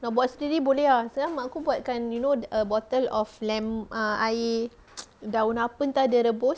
nak buat sendiri boleh lah sekarang mak aku buat kan you know err the bottle of lem~ err air daun apa entah dia rebus